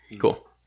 Cool